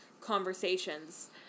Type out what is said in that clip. conversations